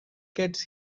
gets